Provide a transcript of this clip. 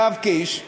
יואב קיש,